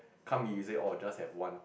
can't be he say orh just have one